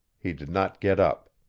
he did not get up.